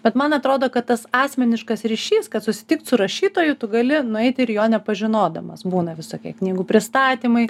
bet man atrodo kad tas asmeniškas ryšys kad susitikt su rašytoju tu gali nueit ir jo nepažinodamas būna visokie knygų pristatymai